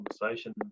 conversation